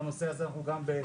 בנושא הזה אנחנו גם בבעיה.